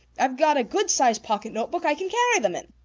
i've got a good-sized pocket notebook i can carry them in.